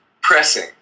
pressing